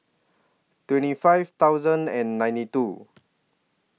twenty five thousand and ninety two